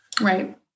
Right